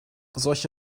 solche